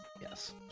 Yes